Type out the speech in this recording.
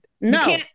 no